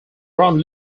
round